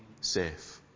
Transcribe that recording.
safe